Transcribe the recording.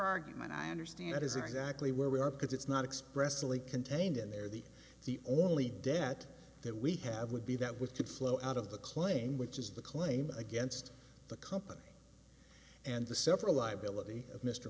argument i understand that is exactly where we are because it's not expressly contained in there the the only debt that we have would be that which could flow out of the claim which is the claim against the company and the several liability